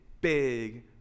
big